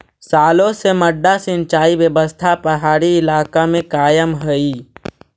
सालो से मड्डा सिंचाई व्यवस्था पहाड़ी इलाका में कायम हइ